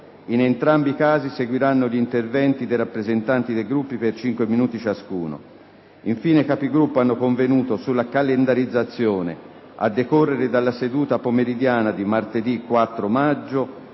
In entrambi i casi seguiranno gli interventi dei rappresentanti dei Gruppi per 5 minuti ciascuno. Infine, i Capigruppo hanno convenuto sulla calendarizzazione, a decorrere dalla seduta pomeridiana di martedì 4 maggio,